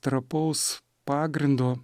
trapaus pagrindo